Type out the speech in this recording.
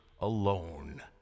alone